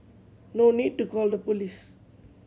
no need to call the police